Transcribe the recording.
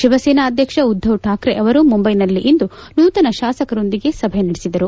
ಶಿವಸೇನಾ ಅಧ್ಯಕ್ಷ ಉದ್ಧವ್ ಠಾಕ್ರೆ ಅವರು ಮುಂಬೈನಲ್ಲಿಂದು ನೂತನ ಶಾಸಕರೊಂದಿಗೆ ಸಭೆ ನಡೆಸಿದರು